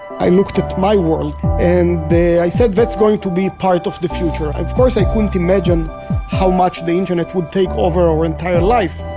i looked at my world and i said, that's going to be part of the future. of course i couldn't imagine how much the internet would take over our entire life.